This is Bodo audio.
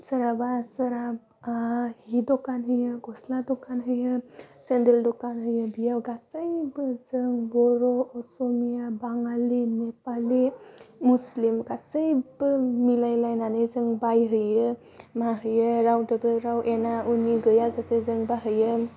सोरहाबा सोरहा बा जि दखान होयो गस्ला दखान होयो सेन्देल दखान होयो बियाव गासैबो जों बर' असमिया बाङालि नेपालि मुस्लिम गासैबो मिलायलायनानै जों बायहैयो माहैयो रावदोबो राव एना उनि गैया जेजोंबो हैयो